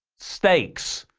steaks?